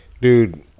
Dude